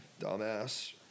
Dumbass